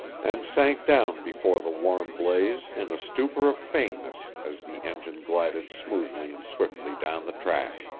and sank down before the warm blaze in a stupor of faintness as the engine glided smoothly and swiftly down the track.